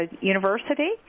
university